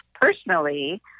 personally